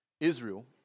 Israel